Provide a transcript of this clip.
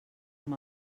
amb